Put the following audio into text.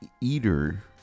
eater